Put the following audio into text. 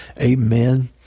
Amen